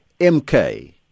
MK